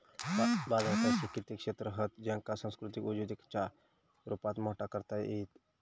बाजारात असे कित्येक क्षेत्र हत ज्येंका सांस्कृतिक उद्योजिकतेच्या रुपात मोठा करता येईत